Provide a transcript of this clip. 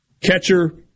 Catcher